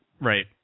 right